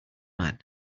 man